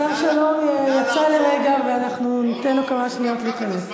השר שלום יצא לרגע ואנחנו ניתן לו כמה שניות להיכנס.